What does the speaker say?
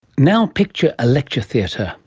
now picture a lecture theatre.